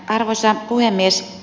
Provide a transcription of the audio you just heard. arvoisa puhemies